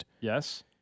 Yes